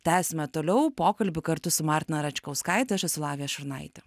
tęsime toliau pokalbį kartu su martina račkauskaite aš esu lavija šurnaitė